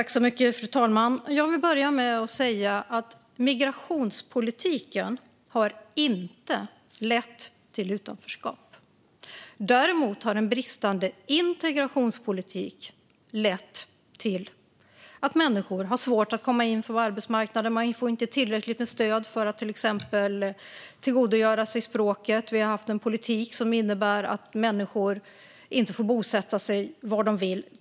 Fru talman! Migrationspolitiken har inte lett till utanförskap. Däremot har en bristande integrationspolitik lett till att människor har svårt att komma in på arbetsmarknaden. Man får inte tillräckligt med stöd för att exempelvis tillgodogöra sig språket. Vi har också haft en politik som innebär att människor inte får bosätta sig var de vill.